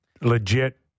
legit